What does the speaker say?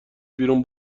بیرون